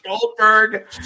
Goldberg